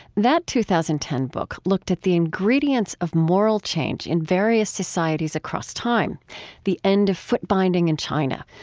that two thousand and ten book looked at the ingredients of moral change in various societies across time the end of foot binding in china,